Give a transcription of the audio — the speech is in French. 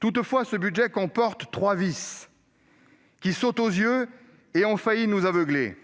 Toutefois, ce budget comporte trois vices, qui sautent aux yeux et ont failli nous aveugler,